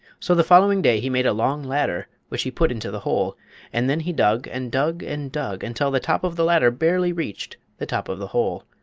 so the following day he made a long ladder, which he put into the hole and then he dug, and dug, and dug, until the top of the ladder barely reached the top of the hole.